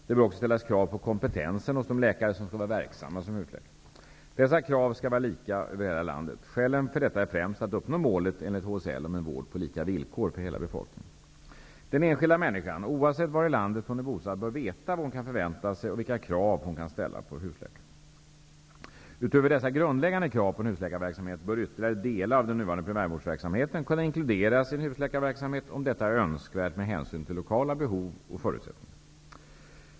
Det bör också ställas krav på kompetensen hos de läkare som skall vara verksamma som husläkare. Dessa krav skall vara lika över hela landet. Skälen för detta är främst att uppnå målet enligt hälso och sjukvårdslagen om en vård på lika villkor för hela befolkningen. Den enskilda människan, oavsett var i landet hon är bosatt, bör veta vad hon kan förvänta sig och vilka krav hon kan ställa på husläkare. Utöver dessa grundläggande krav på en husläkarverksamhet bör ytterligare delar av den nuvarande primärvårdsverksamheten kunna inkluderas i en husläkarverksamhet, om detta är önskvärt med hänsyn till lokala behov och förutsättningar.